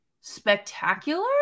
spectacular